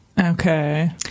Okay